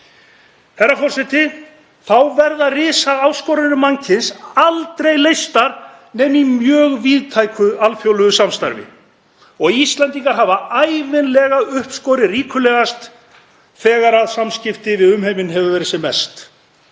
Herra forseti. Þá verða risaáskoranir mannkyns aldrei leystar nema í mjög víðtæku alþjóðlegu samstarfi og Íslendingar hafa ævinlega uppskorið ríkulegast þegar samskipti við umheiminn hafa verið sem mest.